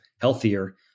healthier